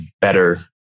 better